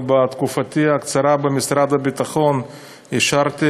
בתקופתי הקצרה במשרד הביטחון אישרתי